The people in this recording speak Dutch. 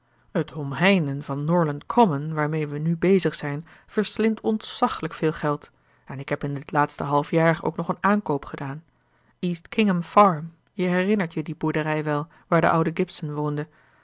het omheinen van norland common waarmee we nu bezig zijn verslindt ontzaglijk veel geld en ik heb in dit laatste halfjaar ook nog een aankoop gedaan east kingham farm je herinnert je die boerderij wel waar de oude